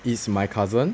is my cousin